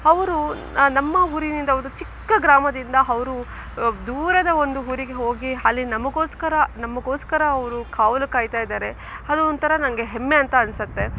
ಅವರು ನಮ್ಮ ಊರಿನಿಂದ ಒಂದು ಚಿಕ್ಕ ಗ್ರಾಮದಿಂದ ಅವರು ದೂರದ ಒಂದು ಊರಿಗೆ ಹೋಗಿ ಅಲ್ಲಿ ನಮಗೋಸ್ಕರ ನಮಗೋಸ್ಕರ ಅವರು ಕಾವಲು ಕಾಯ್ತಾಯಿದ್ದಾರೆ ಅದು ಒಂಥರ ನನಗೆ ಹೆಮ್ಮೆ ಅಂತ ಅನ್ನಿಸುತ್ತೆ